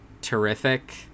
terrific